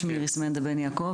שמי איריס (מנדה) בן יעקב,